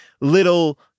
little